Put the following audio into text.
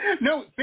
No